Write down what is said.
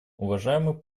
уважаемый